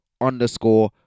underscore